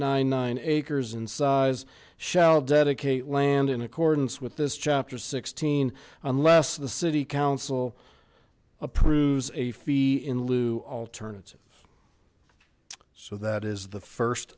nine nine acres in size shall dedicate land in accordance with this chapter sixteen unless the city council approves a fee in lieu alternative so that is the first